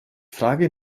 frage